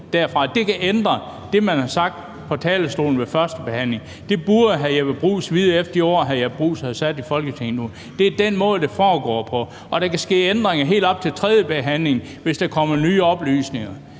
det kan ændre det, man har sagt fra talerstolen ved førstebehandlingen. Det burde hr. Jeppe Bruus vide efter de år, hr. Jeppe Bruus har siddet i Folketinget. Det er den måde, det foregår på. Og der kan ske ændringer helt op til tredje behandling, hvis der kommer nye oplysninger.